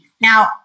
Now